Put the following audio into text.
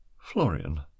Florian